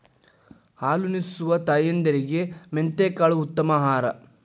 ಹಾಲುನಿಸುವ ತಾಯಂದಿರಿಗೆ ಮೆಂತೆಕಾಳು ಉತ್ತಮ ಆಹಾರ